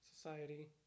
society